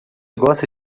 gosta